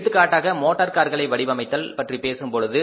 எடுத்துக்காட்டாக மோட்டார் கார்களை வடிவமைத்தல் பற்றி பேசும்பொழுது